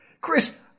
Chris